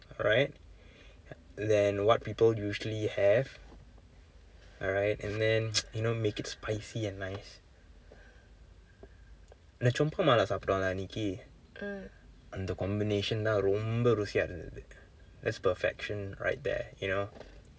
right then what people usually have alright and then you know make it spicy and nice நம்ம:namma சாப்பிட்டோம் இல்லை அன்னைக்கு:sappittoam illai annaikku அந்த:antha combination தான் ரொம்ப ருசியா இருந்தது:thaan romba rusiyaa irunthathu that's perfection right there you know